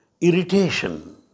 irritation